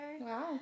Wow